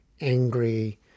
angry